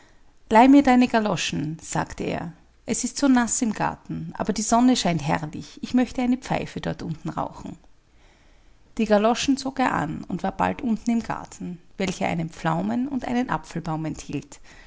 leihe mir deine galoschen sagte er es ist so naß im garten aber die sonne scheint herrlich ich möchte eine pfeife dort unten rauchen die galoschen zog er an und war bald unten im garten welcher einen pflaumen und einen apfelbaum enthielt